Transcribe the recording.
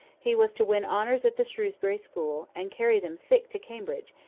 he was to win honours at the shrewsbury school, and carry them thick to cambridge,